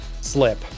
slip